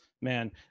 Man